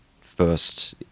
first